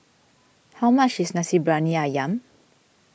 how much is Nasi Briyani Ayam